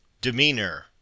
Demeanor